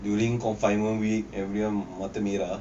during confinement week everyone mata merah